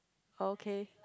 okay